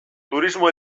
turismo